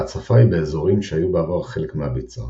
ההצפה היא באזורים שהיו בעבר חלק מהביצה,